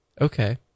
Okay